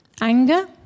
anger